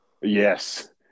Yes